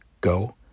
go